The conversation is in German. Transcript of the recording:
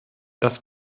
dass